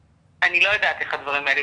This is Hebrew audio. אני לא יודעת איך הדברים האלה,